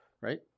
right